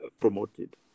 promoted